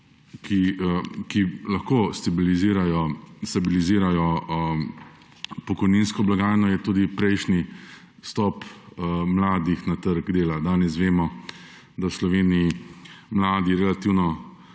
ki lahko stabilizirajo pokojninsko blagajno, je tudi prejšnji vstop mladih na trg dela. Danes vemo, da v Sloveniji mladi relativno